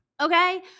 Okay